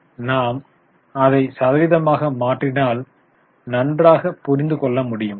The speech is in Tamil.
நாம் அதைச் சதவீதமாக மாற்றினால் நன்றாக புரிந்து கொள்ள முடியும்